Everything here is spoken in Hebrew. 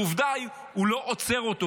כי עובדה, הוא לא עוצר אותו.